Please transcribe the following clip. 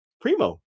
Primo